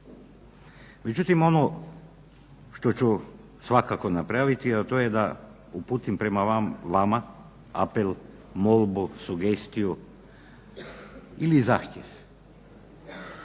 Međutim, ono što ću svakako napraviti, a to je da uputim prema vama apel, molbu, sugestiju ili zahtjev.